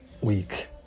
Week